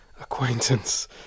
acquaintance